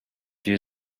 due